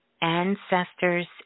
ancestors